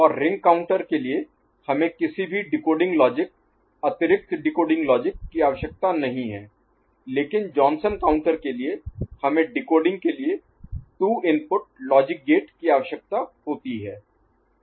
और ring counter के लिए हमें किसी भी डिकोडिंग लॉजिक अतिरिक्त डिकोडिंग लॉजिक की आवश्यकता नहीं है लेकिन जॉनसन काउंटर के लिए हमें डिकोडिंग के लिए 2 इनपुट लॉजिक गेट की आवश्यकता होती है